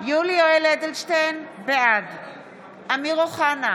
יולי יואל אדלשטיין, בעד אמיר אוחנה,